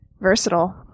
versatile